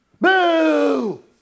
boo